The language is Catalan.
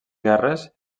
guerres